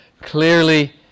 clearly